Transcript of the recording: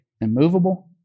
immovable